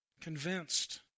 Convinced